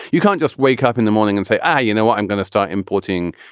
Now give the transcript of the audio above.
you can't just wake up in the morning and say, i you know what, i'm going to start importing,